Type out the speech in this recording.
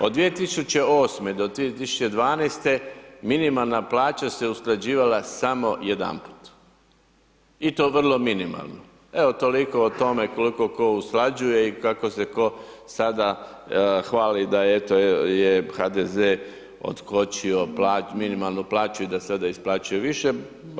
Od 2008. do 2012. minimalna plaća se usklađivala samo jedanput i to vrlo minimalno, evo toliko o tome koliko ko usklađuje i kako se ko sada hvali da eto je HDZ otkočio minimalnu plaću i sada isplaćuje više.